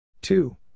two